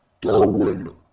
Darwin